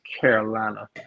Carolina